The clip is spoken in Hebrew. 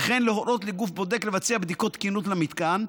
וכן להורות לגוף בודק לבצע בדיקת תקינות למתקן,